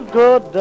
good